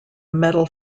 medal